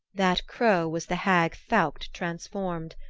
that crow was the hag thaukt transformed,